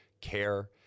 care